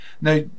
now